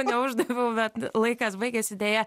neuždaviau bet laikas baigėsi deja